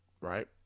right